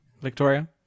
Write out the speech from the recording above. Victoria